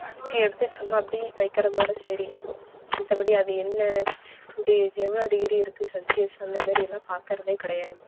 எடுத்து சும்மா இப்படி வைக்கிறதோட சரி மற்றபடி அது என்ன இப்படி எவ்வளோ டிகிரி இருக்கு செல்ஸியஸ் அந்தமாதிரியல்லாம் பார்க்குறதே கிடையாது